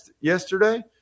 yesterday